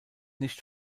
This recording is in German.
nicht